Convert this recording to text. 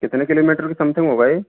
कितने किलोमीटर के समथिंग होगा ये